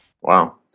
Wow